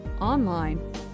online